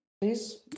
please